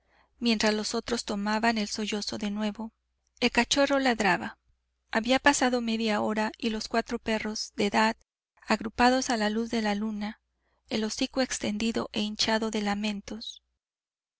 mientras los otros tomaban el sollozo de nuevo el cachorro ladraba había pasado media hora y los cuatro perros de edad agrupados a la luz de la luna el hocico extendido e hinchado de